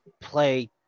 play